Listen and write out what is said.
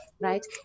right